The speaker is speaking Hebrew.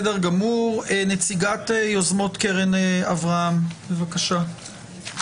נציגת יוזמות קרן אברהם, בבקשה.